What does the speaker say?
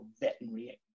veterinary